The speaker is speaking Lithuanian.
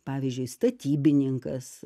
pavyzdžiui statybininkas